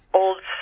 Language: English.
old